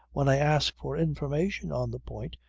when i ask for information on the point,